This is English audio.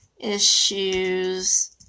issues